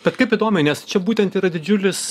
bet kaip įdomiai nes čia būtent yra didžiulis